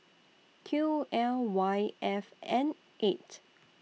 Q L Y F N eight